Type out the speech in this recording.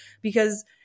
because-